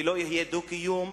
ולא יהיה דו-קיום,